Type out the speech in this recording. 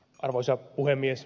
arvoisa puhemies